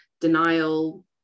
denial